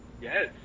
yes